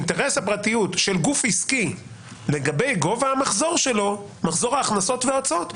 של גוף עסקי לגבי גובה מחזור ההכנסות וההוצאות שלו,